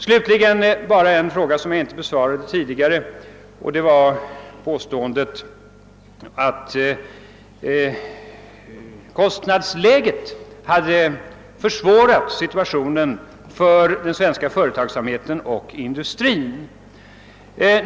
Slutligen bara en fråga som jag inte besvarade tidigare — det gäller vad jag sade om att kostnadsläget hade försvårat situationen för den svenska industrin och företagsamheten.